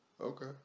Okay